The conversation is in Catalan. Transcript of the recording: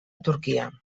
turquia